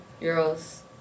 Euro's